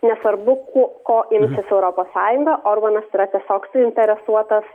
nesvarbu ko ko imsis europos sąjunga orbanas yra tiesiog suinteresuotas